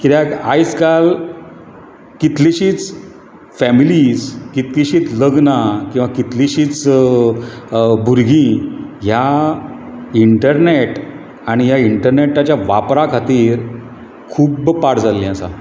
कित्याक आयज काल कितलीशीच फेमिलीज कितलींशीच लग्नां किवा कितलींशीच भुरगीं ह्या इन्टर्नेट आनी ह्या इन्टर्नेटाच्या वापरा खातीर खूब पाड जाल्लीं आसा